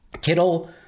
Kittle